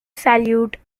salute